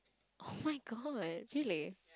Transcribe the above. oh-my-god really